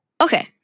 Okay